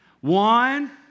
One